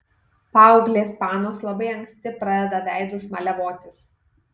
paauglės panos labai anksti pradeda veidus maliavotis